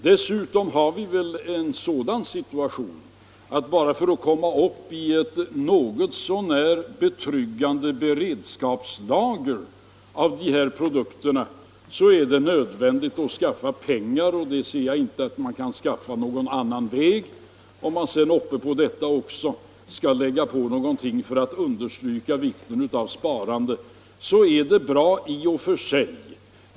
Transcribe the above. Dessutom har vi en sådan situation att bara för att komma upp i ett något så när betryggande beredskapslager av de här produkterna är det nödvändigt att skaffa pengar, och det kan man inte skaffa på mer än ett sätt. Om man sedan också kan lägga fram något förslag som kan understryka vikten av sparande är det i och för sig bra.